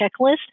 checklist